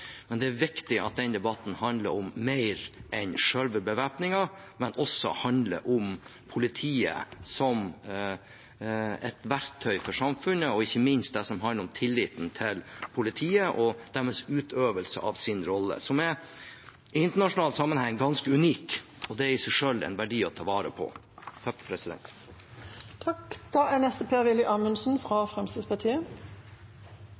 men det er viktig at den handler om mer enn selve bevæpningen – at den også handler om politiet som et verktøy for samfunnet, og ikke minst om tilliten til politiet og deres utøvelse av sin rolle, som i internasjonal sammenheng er ganske unik. Det er i seg selv en verdi å ta vare på.